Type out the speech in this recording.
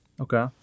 Okay